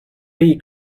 bee